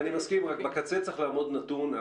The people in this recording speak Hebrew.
אני מסכים, רק בקצה צריך לעמוד נתון.